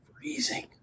freezing